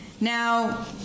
Now